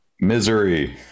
Misery